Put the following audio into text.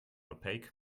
opaque